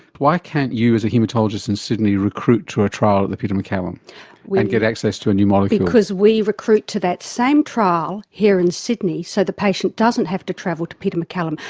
why can't you, as a haematologist in sydney, recruit to a trial at the peter maccallum and get access to a new molecule? because we recruit to that same trial here in sydney so the patient doesn't have to travel to peter maccallum.